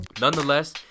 Nonetheless